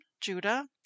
Judah